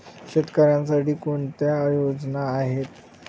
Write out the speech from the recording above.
शेतकऱ्यांसाठी कोणत्या योजना आहेत?